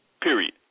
Period